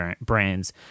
brands